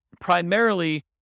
primarily